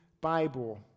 Bible